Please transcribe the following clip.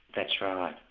that's right.